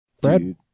Brad